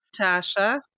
Tasha